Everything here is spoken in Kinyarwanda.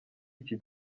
iki